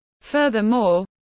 Furthermore